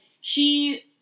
She-